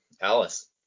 Alice